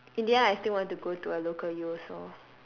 in the end I still want to go to a local U also